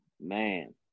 man